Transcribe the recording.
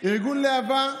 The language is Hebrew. ארגון להב"ה,